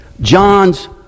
John's